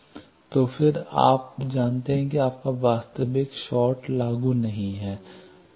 तो फिर आप जानते हैं कि आपका वास्तविक शॉर्ट लागू नहीं है